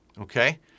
okay